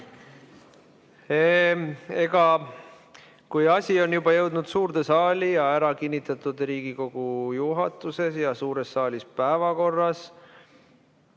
on? Kui asi on juba jõudnud suurde saali ja ära kinnitatud Riigikogu juhatuses ja suure saalis päevakorras